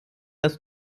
das